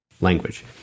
language